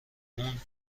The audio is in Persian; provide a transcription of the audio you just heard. اون